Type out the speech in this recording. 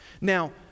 Now